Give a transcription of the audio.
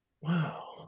Wow